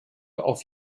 auf